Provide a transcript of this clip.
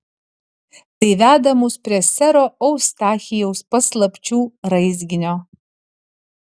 tai veda mus prie sero eustachijaus paslapčių raizginio